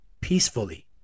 peacefully